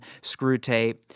Screwtape